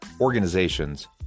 organizations